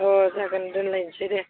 अ जागोन दोनलायनोसै दे